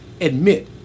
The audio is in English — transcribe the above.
admit